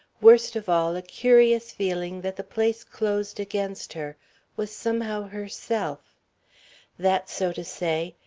worst of all a curious feeling that the place closed against her was somehow herself that, so to say,